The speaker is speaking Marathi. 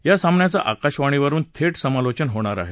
या सामन्याचं आकाशवाणीवरून थेट समालोचन होणार आहे